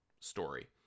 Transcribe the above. story